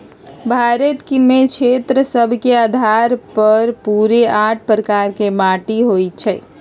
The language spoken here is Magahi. भारत में क्षेत्र सभ के अधार पर पूरे आठ प्रकार के माटि होइ छइ